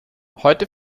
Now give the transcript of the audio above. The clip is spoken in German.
heute